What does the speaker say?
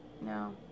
No